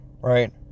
right